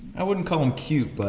i wouldn't call him cute but